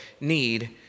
need